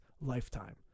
Lifetime